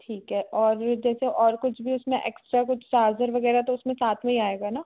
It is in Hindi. ठीक है और जैसे और कुछ भी उसमें ऐक्स्ट्रा कुछ चार्जर वगैरह तो उसमें साथ में ही आएगा ना